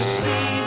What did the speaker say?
see